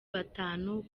batanu